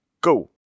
go